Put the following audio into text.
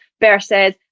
versus